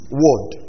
word